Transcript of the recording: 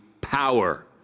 power